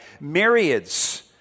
myriads